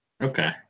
Okay